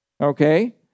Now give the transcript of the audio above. okay